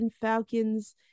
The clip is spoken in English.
Falcons